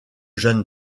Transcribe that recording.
jeune